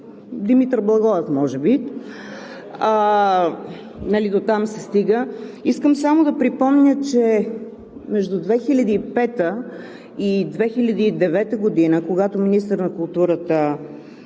Димитър Благоев, може би – дотам се стига. Искам само да припомня, че между 2005 г. и 2009 г., когато министър на културата